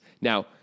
Now